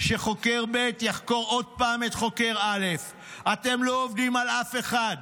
שחוקר ב' יחקור עוד פעם את חוקר א'; "אתם לא עובדים על אף אחד.